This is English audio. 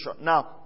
Now